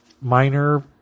minor